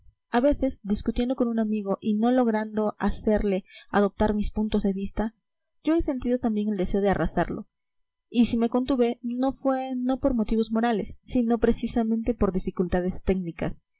a veces discutiendo con un amigo y no logrando hacerle adoptar mis puntos de vista yo he sentido también el deseo de arrasarlo y si me contuve no fue no por motivos morales sino precisamente por dificultades técnicas